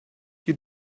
you